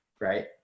right